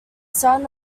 son